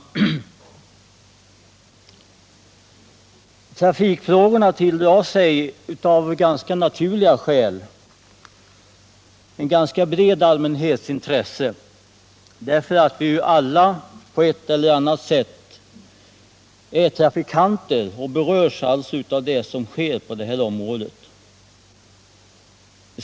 Trafikfrågorna tilldrar sig av ganska naturliga skäl en bred allmänhets intresse. Alla är vi ju på ett eller annat sätt trafikanter och berörs alltså av det som sker på det här området.